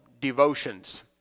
devotions